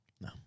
No